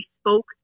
spoke